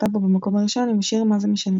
בו במקום הראשון עם השיר "מה זה משנה".